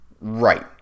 Right